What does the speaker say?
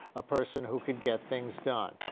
a person who could get things done.